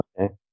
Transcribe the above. Okay